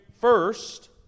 first